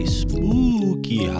spooky